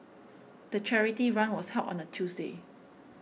the charity run was held on a Tuesday